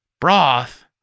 Broth